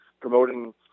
promoting